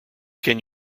can